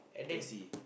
taxi